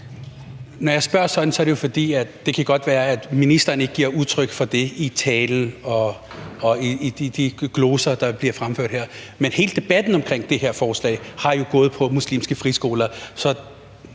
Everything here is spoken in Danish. Når jeg spørger sådan, er det jo, fordi – og det kan godt være, at ministeren ikke giver udtryk for det i sin tale og i de gloser, der bliver brugt her – hele debatten om det her forslag har gået på muslimske friskoler.